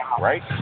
Right